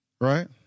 right